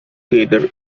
together